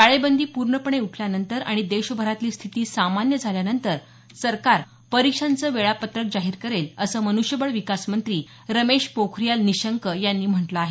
टाळेबंदी पूर्णपणे उठल्यानंतर आणि देशभरातली स्थिती सामान्य झाल्यानंतर सरकार परीक्षांचं वेळापत्रक जाहीर करेल असं मन्ष्यबळ विकास मंत्री रमेश पोखरियाल निशंक यांनी म्हटलं आहे